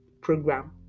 program